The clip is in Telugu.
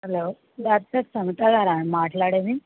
హలో డాక్టర్ సమతా గారా అండి మాట్లాడేది